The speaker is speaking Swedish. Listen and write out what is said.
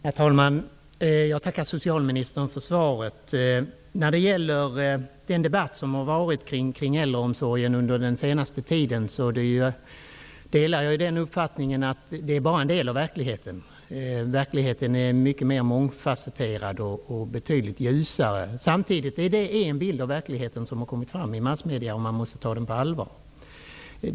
Herr talman! Jag tackar socialministern för svaret. När det gäller den debatt som har varit kring äldreomsorgen under den senaste tiden, delar jag uppfattningen att den bara visar en del av verkligheten. Verkligheten är mycket mer mångfasetterad och betydligt ljusare. Samtidigt är det en bild av verkligheten som har kommit fram i massmedierna, och vi måste ta den på allvar.